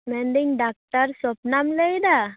ᱢᱮᱱᱫᱟ ᱧ ᱰᱟᱠᱛᱟᱨ ᱥᱚᱯᱱᱟᱢ ᱞᱟ ᱭᱮᱫᱟ